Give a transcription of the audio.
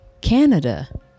Canada